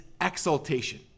exaltation